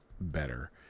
better